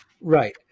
Right